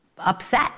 Upset